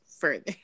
further